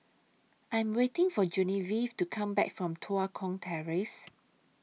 I'm waiting For Genevieve to Come Back from Tua Kong Terrace